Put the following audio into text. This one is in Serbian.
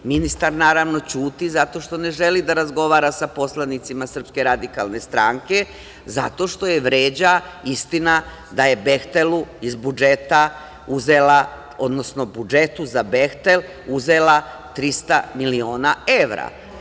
Ministar, naravno, ćuti zato što ne želi da razgovara sa poslanicima SRS, zato što je vređa istina da je „Behtelu“ iz budžeta uzela, odnosno budžetu za „Behtel“ uzela 300 miliona evra.